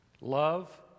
love